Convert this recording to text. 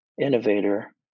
innovator